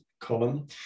column